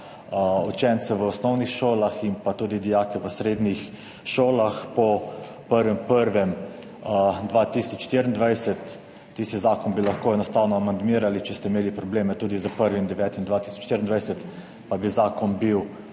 učence v osnovnih šolah in pa tudi dijake v srednjih šolah po 1. 1. 2024, tisti zakon bi lahko enostavno amandmirali, če ste imeli probleme tudi s 1. 9. 2024, pa bi zakon bil